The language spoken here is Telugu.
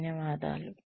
ధన్యవాదాలు